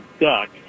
duck